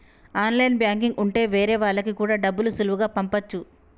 online banking ఉంటె వేరే వాళ్ళకి కూడా డబ్బులు సులువుగా పంపచ్చు